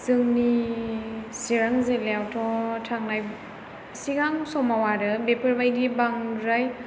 जोंनि चिरां जिल्लायावथ' थांनाय सिगां समाव आरो बेफोरबादि बांद्राय